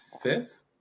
fifth